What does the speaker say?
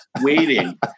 waiting